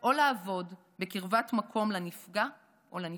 או לעבוד בקרבת מקום לנפגע או לנפגעת.